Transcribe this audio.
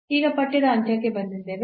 ಈಗ ಪಠ್ಯದ ಅಂತ್ಯಕ್ಕೆ ಬಂದಿದ್ದೇವೆ